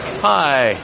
Hi